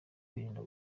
kwirinda